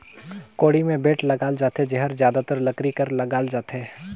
कोड़ी मे बेठ लगाल जाथे जेहर जादातर लकरी कर लगाल जाथे